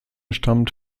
stammt